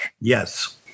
Yes